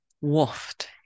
waft